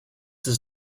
does